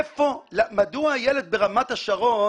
מדוע ילד ברמת השרון